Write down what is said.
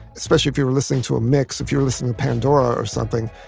especially if you were listening to a mix, if you were listening to pandora or something,